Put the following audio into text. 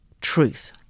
Truth